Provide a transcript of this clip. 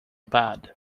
bad